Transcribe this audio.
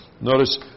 notice